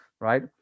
right